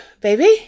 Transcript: Baby